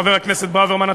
חבר הכנסת ברוורמן,